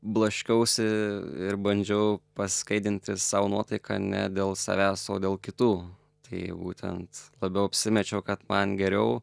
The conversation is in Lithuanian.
blaškiausi ir bandžiau paskaidinti sau nuotaiką ne dėl savęs o dėl kitų tai būtent labiau apsimečiau kad man geriau